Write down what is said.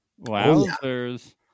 Wowzers